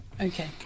Okay